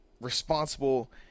responsible